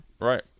Right